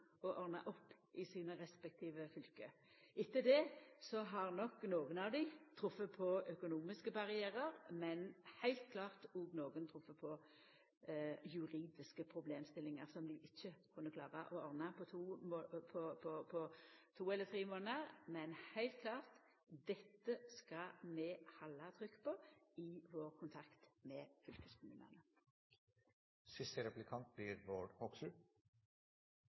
og ordna opp i sine respektive fylke. Etter det har nok nokre av dei treft på økonomiske barrierar, men heilt klart har nokre òg treft på juridiske problemstillingar som dei ikkje kunne klara å ordna på to eller tre månader. Men heilt klart: Dette skal vi halda trykk på i vår kontakt med